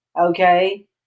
Okay